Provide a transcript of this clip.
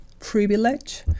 Privilege